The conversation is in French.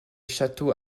châteaux